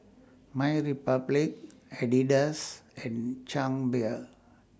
MyRepublic Adidas and Chang Beer